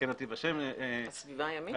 להגנת הסביבה הימית.